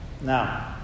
Now